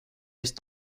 eest